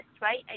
right